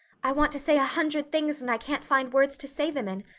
i want to say a hundred things, and i can't find words to say them in.